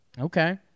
Okay